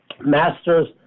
master's